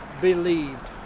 believed